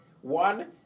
one